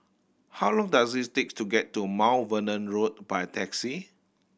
how long does it take to get to Mount Vernon Road by taxi